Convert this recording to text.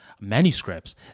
manuscripts